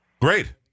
Great